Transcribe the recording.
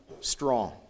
strong